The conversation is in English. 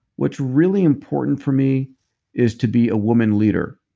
what's really important for me is to be a woman leader.